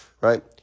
Right